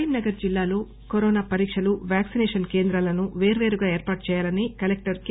కరీంనగర్ జిల్లాలో కరోనా పరీక్షలు వ్యాక్సినేషన్ కేంద్రాలను వేర్వేరుగా ఏర్పాటు చేయాలని కలెక్టర్ కె